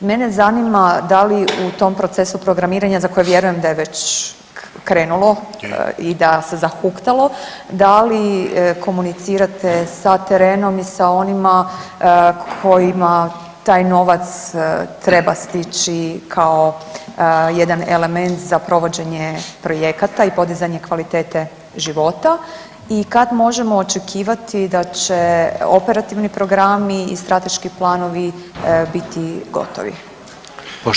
Mene zanima da li u tom procesu programiranja za koje vjerujem da je već krenulo i da se zahuktalo da li komunicirate sa terenom i sa onima kojima taj novac treba stići kao jedan element za provođenje projekata i podizanje kvalitete života i kad možemo očekivati da će operativni programi i strateški planovi biti gotovi?